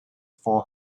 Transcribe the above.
for